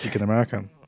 American